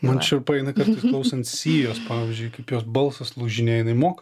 man šiurpai eina kartais klausant sijos pavyzdžiui kaip jos balsas lūžinėja jinai moka